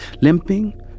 limping